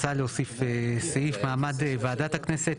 הצעה להוסיף סעיף 'מעמד ועדת הכנסת.